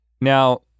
Now